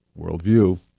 worldview